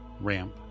ramp